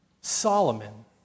Solomon